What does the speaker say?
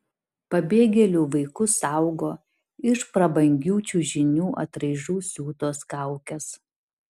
pabėgėlių vaikus saugo iš prabangių čiužinių atraižų siūtos kaukės